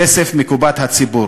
כסף מקופת הציבור".